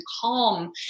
calm